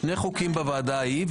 שני חוקים בוועדה ההיא,